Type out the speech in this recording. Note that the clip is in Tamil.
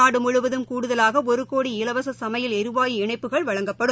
நாடு முழுவதும் கூடுதலாக ஒரு கோடி இலவச சமையல் எரிவாயு இணைப்புகள் வழங்கப்படும்